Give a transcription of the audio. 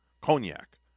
cognac